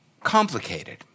complicated